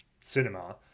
cinema